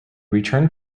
returned